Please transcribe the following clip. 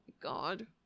god